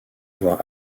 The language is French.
voir